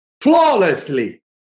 flawlessly